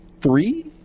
three